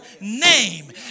name